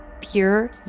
Pure